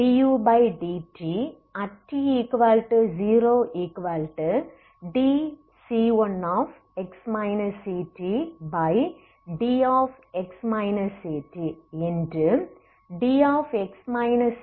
utx0 க்கு என்ன ஆனது